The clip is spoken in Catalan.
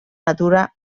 natura